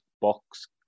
box